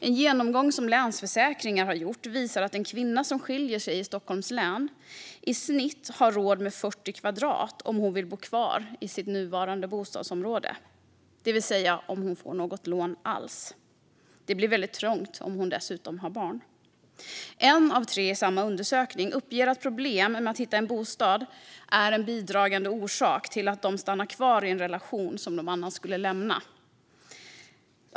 En genomgång som Länsförsäkringar har gjort visar att en kvinna som skiljer sig i Stockholms län i snitt har råd med 40 kvadrat om hon vill bo kvar i sitt område - om hon får något lån alls, vill säga. Det blir väldigt trångt om hon dessutom har barn. En av tre i samma undersökning uppger att problem med att hitta en bostad är en bidragande orsak till att de stannar kvar i en relation de annars skulle lämna.